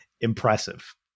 impressive